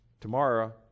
Tomorrow